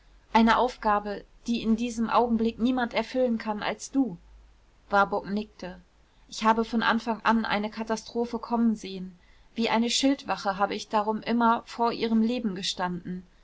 eine aufgabe die in diesem augenblick niemand erfüllen kann als du warburg nickte ich habe von anfang an eine katastrophe kommen sehen wie eine schildwache habe ich darum immer vor ihrem leben gestanden